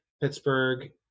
pittsburgh